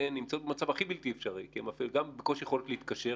נמצאות במצב הכי בלתי אפשרי כי הן בקושי יכולות להתקשר,